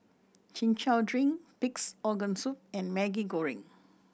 Chin Chow drink Pig's Organ Soup and Maggi Goreng